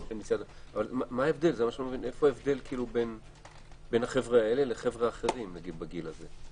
מה ההבדל בינם לאחרים בגיל הזה?